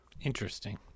Interesting